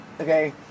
okay